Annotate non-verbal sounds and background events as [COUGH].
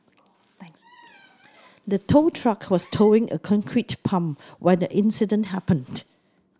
[NOISE] the tow truck was towing a concrete pump when the incident happened